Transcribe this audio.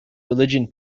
religion